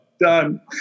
done